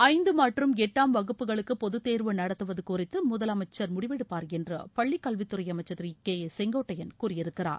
ஐந்து மற்றும் எட்டாம் வகுப்புகளுக்கு பொதுத்தோவு நடத்துவது குறித்து முதலமைச்சா் முடிவெடுப்பாா் என்று பள்ளிக்கல்வித் துறை அமைச்சர் திரு கே ஏ செங்கோட்டையன் கூறியிருக்கிறார்